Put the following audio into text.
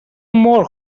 مرغ